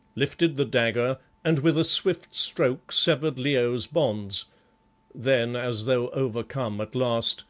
lifted the dagger, and with a swift stroke severed leo's bonds then, as though overcome at last,